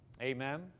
Amen